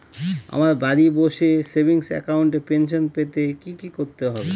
আমায় বাড়ি বসে সেভিংস অ্যাকাউন্টে পেনশন পেতে কি কি করতে হবে?